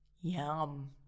Yum